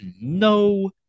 no